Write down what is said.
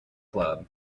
club